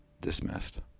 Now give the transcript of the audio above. dismissed